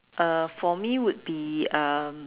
uh for me would be um